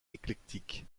éclectique